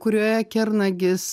kurioje kernagis